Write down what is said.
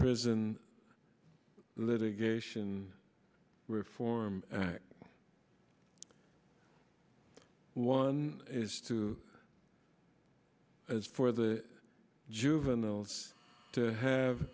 prison litigation reform act one is to as for the juveniles to have